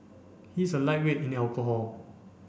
he is a lightweight in alcohol